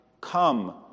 come